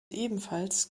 ebenfalls